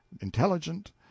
intelligent